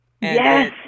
Yes